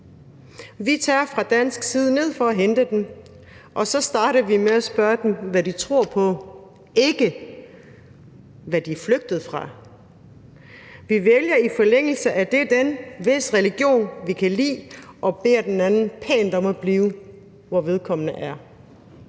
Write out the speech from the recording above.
Vi tager fra dansk side ned for at hente dem, og så starter vi med at spørge dem om, hvad de tror på – ikke, hvad de er flygtet fra. Vi vælger i forlængelse af det den, hvis religion vi kan lide, og beder den anden pænt om at blive, hvor vedkommende er.